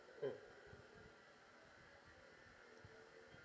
mm